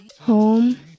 home